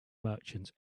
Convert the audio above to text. merchants